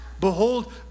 Behold